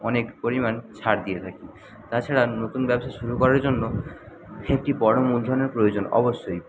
অনেক পরিমাণ ছাড় দিয়ে থাকি তাছাড়া নতুন ব্যবসা শুরু করার জন্য একটি বড়ো মূলধনের প্রয়োজন অবশ্যই